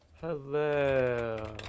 Hello